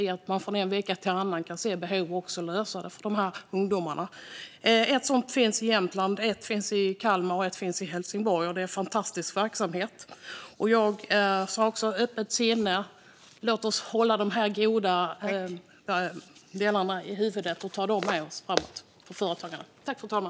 Man kan se behov från en vecka till nästa och lösa dem för dessa ungdomar. Ett sådant boende finns i Jämtland, ett finns i Kalmar och ett finns i Helsingborg. Det är en fantastisk verksamhet. Jag ser också ett öppet sinne. Låt oss ha dessa goda delar i åtanke när vi talar om företagande.